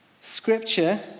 Scripture